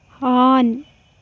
ಹಾನ್